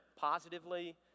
positively